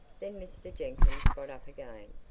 then mr. jenkyns got up again.